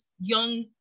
young